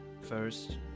first